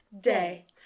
day